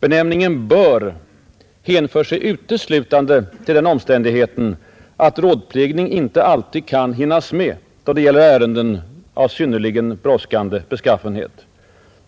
Ordet ”bör” hänför sig uteslutande till den omständigheten att rådplägning inte alltid kan hinnas med då det gäller ärenden av synnerligen brådskande beskaffenhet.